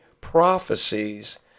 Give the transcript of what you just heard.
prophecies